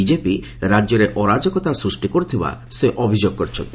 BJP ରାଜ୍ୟରେ ଅରାଜକତା ସୃଷ୍ଟି କରୁଥିବା ସେ ଅଭିଯୋଗ କରିଥିଲେ